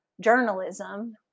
journalism